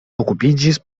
okupiĝis